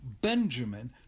Benjamin